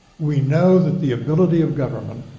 we know that the ability of government